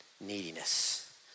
Neediness